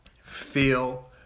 feel